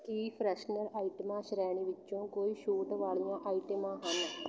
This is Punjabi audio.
ਕੀ ਫਰੈਸ਼ਨਰ ਆਈਟਮਾਂ ਸ਼੍ਰੇਣੀ ਵਿੱਚੋਂ ਕੋਈ ਛੂਟ ਵਾਲੀਆਂ ਆਈਟਮਾਂ ਹਨ